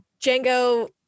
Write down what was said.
Django